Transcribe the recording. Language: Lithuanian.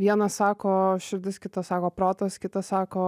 viena sako širdis kita sako protas kita sako